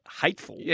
hateful